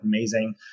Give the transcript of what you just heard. amazing